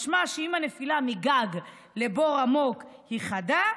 משמע שאם הנפילה מגג לבור עמוק היא חדה,